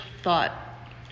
thought